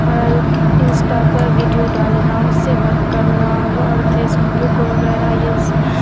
Insta پر video ڈالنا اس سے ورک کرنا اور فیس بک وغیرہ یہ